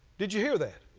did you hear that?